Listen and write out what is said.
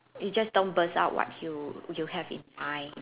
you just don't burst out what you you have in mind